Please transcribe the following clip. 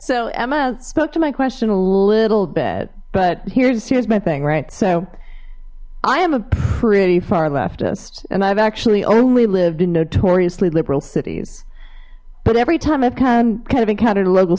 emma spoke to my question a little bit but here's here's my thing right so i am a pretty far leftist and i've actually only lived in notoriously liberal cities but every time i've come kind of encountered a local